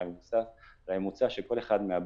אלא על הממוצע של כל אחד מהבנקים,